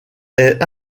est